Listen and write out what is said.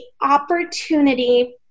opportunity